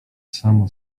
samo